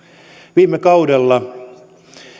viime kaudella